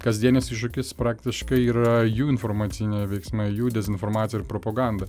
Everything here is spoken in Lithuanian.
kasdienis iššūkis praktiškai yra jų informaciniai veiksmai jų dezinformacija ir propaganda